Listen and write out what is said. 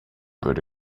würde